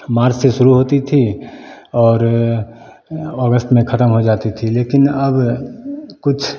मार्च से शुरू होती थी और और अगस्त में ख़त्म हो जाती थी लेकिन अब कुछ